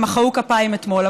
מחאו כפיים אתמול,